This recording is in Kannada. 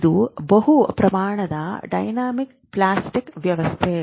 ಇದು ಬಹು ಪ್ರಮಾಣದ ಡೈನಾಮಿಕ್ ಪ್ಲಾಸ್ಟಿಕ್ ವ್ಯವಸ್ಥೆ